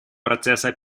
процесса